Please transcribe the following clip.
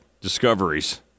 discoveries